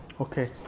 okay